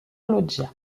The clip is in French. loggia